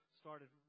started